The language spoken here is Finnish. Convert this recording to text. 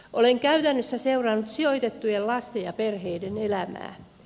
olen käytännössä seurannut sijoitettujen lasten ja perheiden elämää